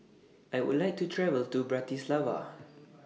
I Would like to travel to Bratislava